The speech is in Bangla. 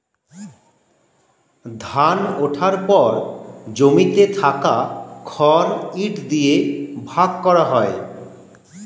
ধান ওঠার পর জমিতে থাকা খড় ইট দিয়ে ভাগ করা হয়